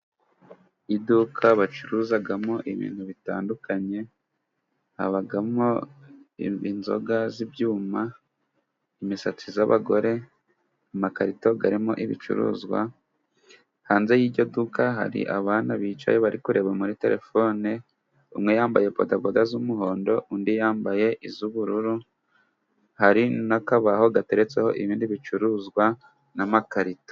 Iduka bacuruzamo ibintu bitandukanye habamo inzoga z'ibyuma, imisatsi y'abagore, amakarito arimo ibicuruzwa. Hanze y'iryo duka hari abana bicaye bari kureba muri terefone umwe yambaye podaboda z'umuhondo, undi yambaye iz'ubururu. Hari n'akabaho gateretseho ibindi bicuruzwa n'amakarito.